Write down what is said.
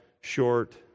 short